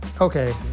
Okay